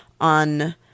on